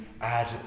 add